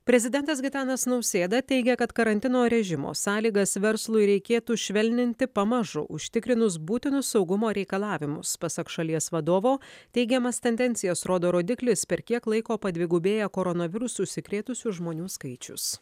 prezidentas gitanas nausėda teigia kad karantino režimo sąlygas verslui reikėtų švelninti pamažu užtikrinus būtinus saugumo reikalavimus pasak šalies vadovo teigiamas tendencijas rodo rodiklis per kiek laiko padvigubėja koronavirusu užsikrėtusių žmonių skaičius